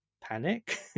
Panic